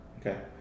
Okay